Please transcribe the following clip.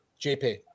JP